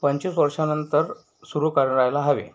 पंचवीस वर्षानंतर सुरू करायला हवे